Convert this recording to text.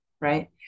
right